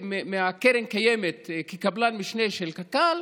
מקרן קיימת כקבלן משנה של קק"ל